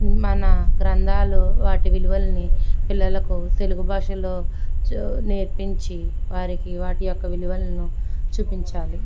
మన గ్రంధాలు వాటి విలువలని పిల్లలకు తెలుగు భాషలో నేర్పించి వారికి వాటి యొక్క విలువలను చూపించాలి